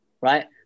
right